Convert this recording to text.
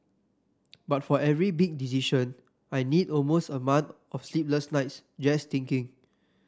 but for every big decision I need almost a month of sleepless nights just thinking